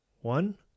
One